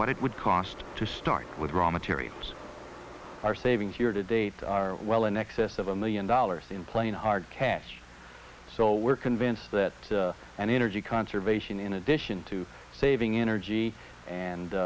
what it would cost to start with raw materials are saving here to date are well in excess of a million dollars in plane are cast so we're convinced that an energy conservation in addition to saving energy